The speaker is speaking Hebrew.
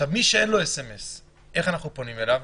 מי שאין לו סמ"ס איך אנחנו פונים אליו?